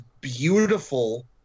beautiful